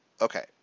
okay